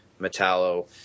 metallo